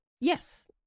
yes